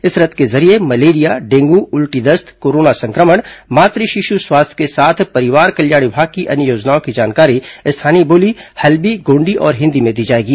इस रथ के जरिये मलेरिया डेंगू उल्टी दस्त कोरोना सं क्र मण मातू शिशु स्वास्थ्य के साथ परिवार कल्याण विभाग की अन्य योजनाओं की जानकारी स्थानीय बोली हल्बी गोंडी और हिन्दी में दी जाएगी